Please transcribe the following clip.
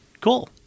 Cool